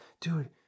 dude